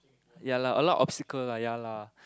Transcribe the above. ya lah a lot obstacles lah ya lah